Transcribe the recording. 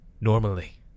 normally